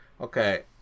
okay